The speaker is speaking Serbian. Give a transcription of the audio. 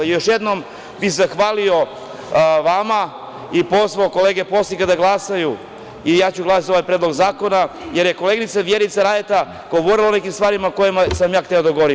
Još jednom bih zahvalio vama i pozvao kolege poslanike da glasaju i ja ću glasati za ovaj predlog zakona, jer je koleginica Vjerica Radeta govorila o nekim stvarima o kojima sam ja hteo da govorim.